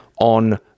on